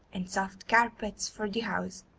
and soft carpets for the house.